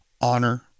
Honor